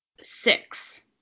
six